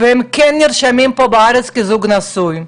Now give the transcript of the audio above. והם כן נרשמים פה בארץ כזוג נשוי.